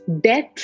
death